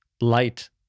light